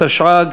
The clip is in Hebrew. י' באדר התשע"ג,